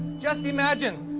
just imagine,